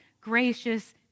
gracious